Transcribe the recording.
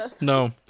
No